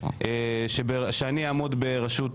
ואני אעמוד בראשות